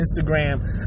Instagram